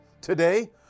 Today